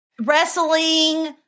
wrestling